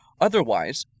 Otherwise